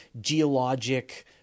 geologic